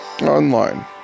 online